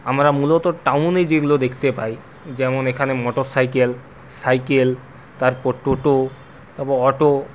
আমরা মূলত টাউনে যেগুলো দেখতে পাই যেমন এখানে মোটর সাইকেল সাইকেল তারপর টোটো তারপর অটো